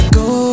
go